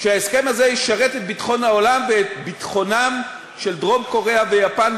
שההסכם הזה ישרת את ביטחון העולם ואת ביטחונן של דרום-קוריאה ויפן,